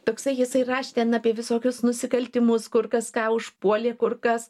toksai jisai rašė ten apie visokius nusikaltimus kur kas ką užpuolė kur kas